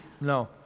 No